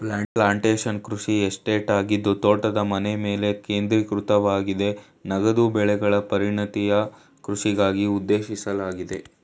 plantation ಕೃಷಿ estate ಆಗಿದ್ದು ತೋಟದ ಮನೆಮೇಲೆ ಕೇಂದ್ರೀಕೃತವಾಗಯ್ತೆ ನಗದು ಬೆಳೆಗಳ ಪರಿಣತಿಯ ಕೃಷಿಗಾಗಿ ಉದ್ದೇಶಿಸಲಾಗಿದೆ